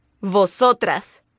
Vosotras